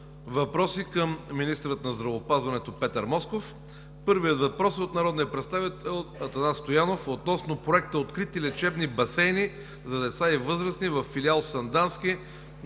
въпроси към министъра на здравеопазването Петър Москов. Първият въпрос е от народния представител Атанас Стоянов относно проекта „Открити лечебни басейни за деца и възрастни” във Филиал – Сандански,